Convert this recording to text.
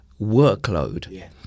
workload